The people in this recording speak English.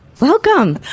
welcome